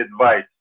advice